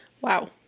Wow